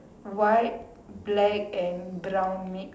white black and brown mix